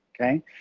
okay